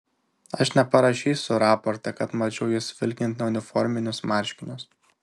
aš neparašysiu raporte kad mačiau jus vilkint neuniforminius marškinius